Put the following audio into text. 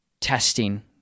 testing